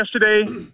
yesterday